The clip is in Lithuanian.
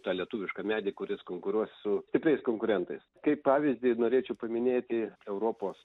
tą lietuvišką medį kuris konkuruos su stipriais konkurentais kaip pavyzdį norėčiau paminėti europos